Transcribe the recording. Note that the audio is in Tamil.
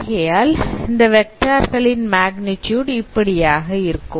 ஆகையால் இந்த வெக்டார் களின் மேக்நீடியூட் இப்படியாக இருக்கும்